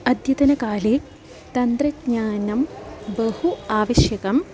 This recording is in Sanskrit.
अद्यतनकाले तन्त्रज्ञानं बहु आवश्यकम्